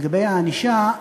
לגבי הענישה,